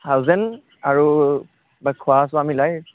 thousand আৰু কিবা খোৱা চোৱা মিলাই